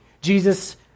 Jesus